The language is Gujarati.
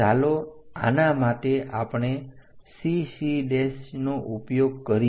ચાલો આના માટે આપણે CC' નો ઉપયોગ કરીએ